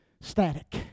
static